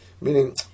Meaning